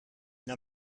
n’en